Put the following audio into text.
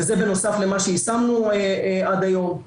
וזה בנוסף למה שיישמנו עד היום,